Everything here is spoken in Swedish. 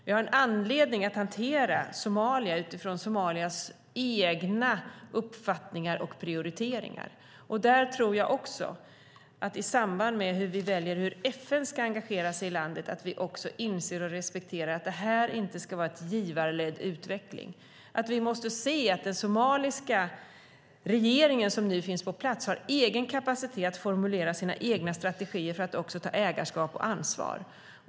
Vi har en anledning att hantera Somalia utifrån Somalias egna uppfattningar och prioriteringar. I samband med hur vi väljer hur FN ska engagera sig i landet måste vi också inse och respektera att detta inte ska vara en givarledd utveckling. Vi måste se att den somaliska regering som nu finns på plats har egen kapacitet att formulera sina egna strategier för att också ta ägarskap och ansvar.